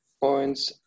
points